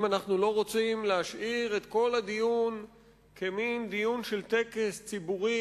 אם אנחנו לא רוצים להשאיר את כל הדיון כמין דיון של טקס ציבורי,